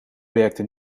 werkte